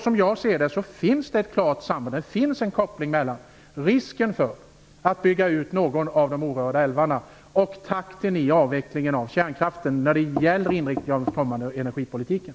Som jag ser det finns det ett klart samband när det gäller inriktningen av den kommande energipolitiken. Det finns en koppling mellan risken för att någon av de orörda älvarna byggs ut och takten i avvecklingen av kärnkraften.